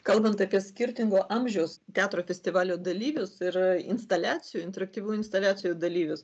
kalbant apie skirtingo amžiaus teatro festivalio dalyvius ir instaliacijų interaktyvių instaliacijų dalyvius